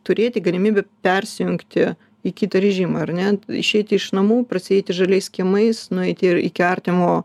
turėti galimybę persijungti į kitą režimą ar ne išeiti iš namų prasieiti žaliais kiemais nueiti ir iki artimo